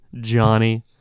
Johnny